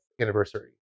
anniversary